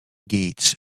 gates